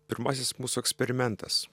pirmasis mūsų eksperimentas